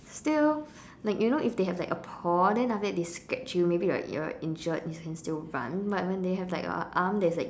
still like you know if they have like a paw then after that they scratch you maybe you're you're injured you can still run but when they have like a arm that is like